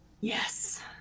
Yes